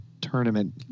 tournament